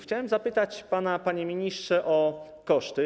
Chciałem zapytać pana, panie ministrze, o koszty.